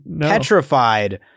petrified